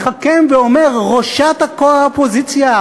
מתחכם ואומר ראשת האופוזיציה,